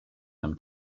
them